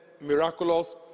miraculous